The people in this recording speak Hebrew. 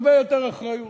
הרבה יותר אחריות.